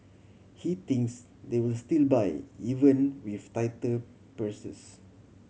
he thinks they will still buy even with tighter purses